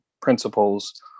principles